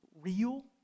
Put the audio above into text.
real